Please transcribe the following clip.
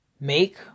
make